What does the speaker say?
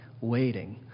Waiting